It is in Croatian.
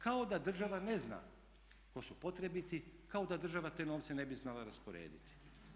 Kao da država ne zna tko su potrebiti, kao da država te novce ne bi znala rasporediti.